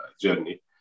journey